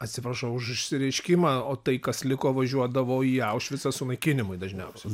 atsiprašau už išsireiškimą o tai kas liko važiuodavo į aušvicą sunaikinimui dažniausiai